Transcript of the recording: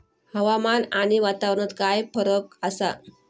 हवामान आणि वातावरणात काय फरक असा?